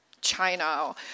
China